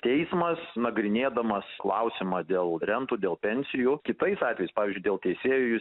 teismas nagrinėdamas klausimą dėl rentų dėl pensijų kitais atvejais pavyzdžiui dėl teisėjų